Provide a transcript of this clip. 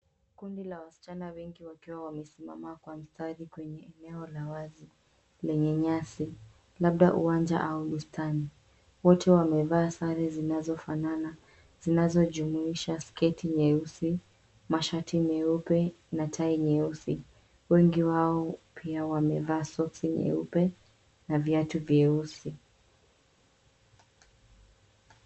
Kundi la wasichana wengi wakiwa wamesimama kwa mstari kwenye eneo la wazi lenye nyasi, labda uwanja au bustani. Wote wamevaa sare zinazofanana, zinazojumuisha sketi nyeusi, mashati meupe na tai nyeusi. Wengi wao pia wamevaa soksi nyeupe na viatu vyeusi.